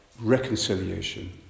reconciliation